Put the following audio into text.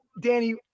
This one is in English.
danny